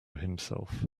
himself